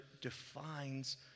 defines